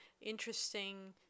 interesting